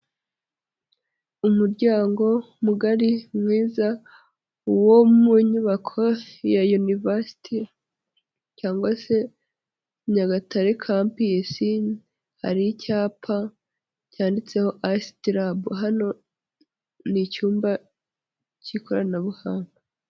Umuryango mugari mwiza wo mu nyubako ya University cyangwa se Nyagatare Campus. Hari icyapa cyanditseho ICT Lab. Hano ni icyumba k'ikoranabuhanga.